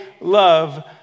love